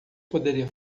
poderia